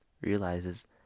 realizes